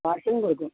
പാഴ്സെലും കൊടുക്കും